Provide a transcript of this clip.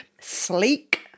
sleek